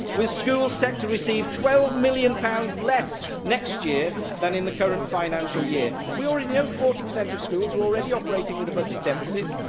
with schools set to receive twelve million pounds less next year than in the current financial year. we already know that forty per cent of schools are already operating with a budget deficit,